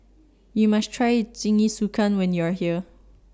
YOU must Try Jingisukan when YOU Are here